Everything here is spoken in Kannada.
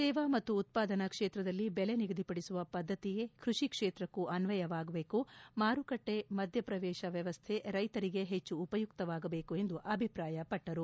ಸೇವಾ ಮತ್ತು ಉತ್ಪಾದನಾ ಕ್ಷೇತ್ರದಲ್ಲಿ ದೆಲೆ ನಿಗದಿಪಡಿಸುವ ಪದ್ಧತಿಯೇ ಕೃಷಿ ಕ್ಷೇತ್ರಕ್ಕೂ ಅನ್ವಯವಾಗಬೇಕು ಮಾರುಕಟ್ಟೆ ಮಧ್ಯ ಪ್ರವೇಶ ವ್ವವಸ್ಥೆ ರೈತರಿಗೆ ಹೆಚ್ಚು ಉಪಯುಕ್ತವಾಗಬೇಕು ಎಂದು ಅಭಿಪ್ರಾಯಪಟ್ಟರು